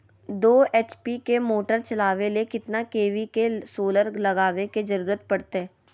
दो एच.पी के मोटर चलावे ले कितना के.वी के सोलर लगावे के जरूरत पड़ते?